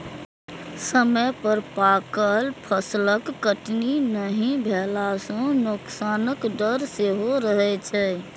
समय पर पाकल फसलक कटनी नहि भेला सं नोकसानक डर सेहो रहै छै